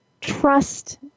trust